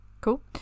cool